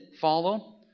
follow